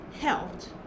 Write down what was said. helped